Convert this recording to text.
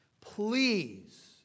Please